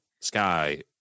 sky